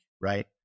right